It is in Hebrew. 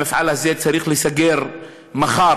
המפעל הזה צריך להיסגר מחר.